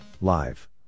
Live